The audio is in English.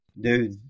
Dude